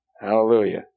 Hallelujah